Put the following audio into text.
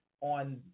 on